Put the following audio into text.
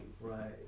right